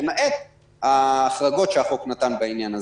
למעט ההחרגות שהחוק נתן בעניין הזה.